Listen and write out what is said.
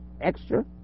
extra